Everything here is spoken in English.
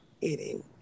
eating